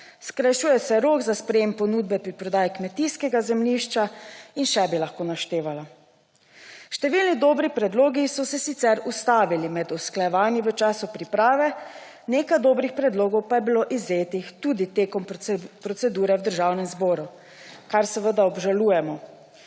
Skrajšuje se rok za sprejem ponudbe pri prodaji kmetijskega zemljišča. In še bi lahko naštevala. Številni dobri predlogi so se sicer ustavili med usklajevanji v času priprave, nekaj dobrih predlogov pa je bilo izvzetih tudi tekom procedure v Državnem zboru, kar seveda obžalujemo.